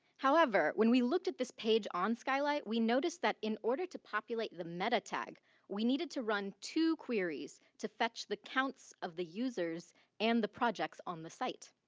however, when we looked at this page on skylight, we noticed that in order to populate the meta tag we needed to run two queries to fetch the counts of the users and the projects on the site.